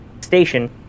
station